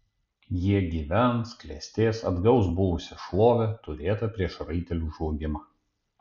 jie gyvens klestės atgaus buvusią šlovę turėtą prieš raitelių žlugimą